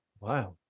Wow